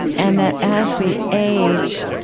and that as we age,